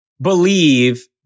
believe